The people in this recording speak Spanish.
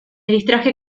distraje